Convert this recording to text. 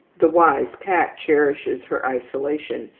the wise cat cherishes her isolation,